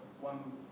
one